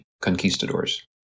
Conquistadors